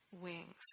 wings